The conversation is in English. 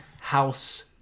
house